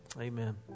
Amen